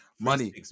money